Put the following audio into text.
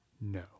No